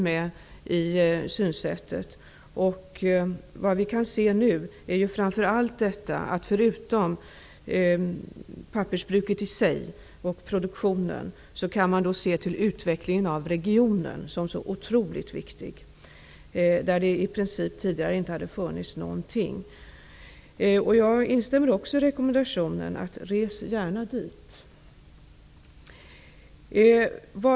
Förutom till pappersbruket som sådant och dess produktion kan man också se till utvecklingen av regionen, som är så oerhört viktig. Det hade tidigare i princip inte funnits någon sådan utveckling. Jag instämmer i rekommendationen om att åka dit.